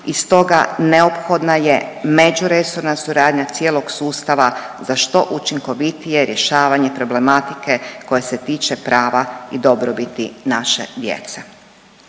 i stoga neophodna je međuresorna suradnja cijelog sustava za što učinkovitije rješavanje problematike koja se tiče prava i dobrobiti naše djece.